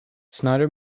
snyder